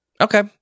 Okay